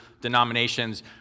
denominations